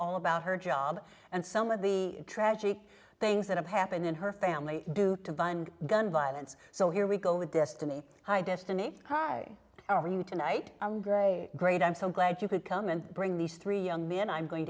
all about her job and some of the tragic things that have happened in her family due to gun violence so here we go with destiny hi destiny hi how are you tonight i'm great i'm so glad you could come and bring these three young men i'm going